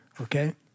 okay